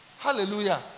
Hallelujah